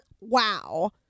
Wow